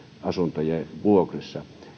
asuntojen vuokrissa